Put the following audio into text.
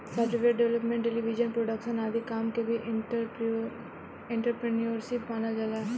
software development television production आदि काम के भी एंटरप्रेन्योरशिप मानल जाला